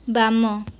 ବାମ